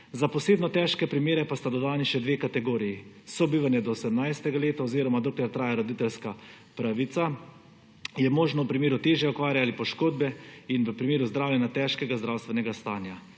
Za posebno težke primere pa sta dodani še dve kategoriji. Sobivanje do 18. leta oziroma dokler traja roditeljska pravica je možno v primeru težje okvare ali poškodbe ter v primeru zdravljenja težkega zdravstvenega stanja,